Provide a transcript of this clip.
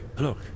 Look